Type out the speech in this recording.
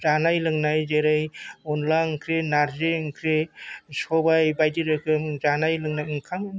जानाय लोंनाय जेरै अनला ओंख्रि नारजि ओंख्रि सबाइ बायदि रोखोम जानाय लोंनाय ओंखाम